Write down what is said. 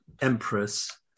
empress